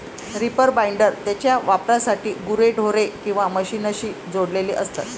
reaper binder त्याच्या वापरासाठी गुरेढोरे किंवा मशीनशी जोडलेले असते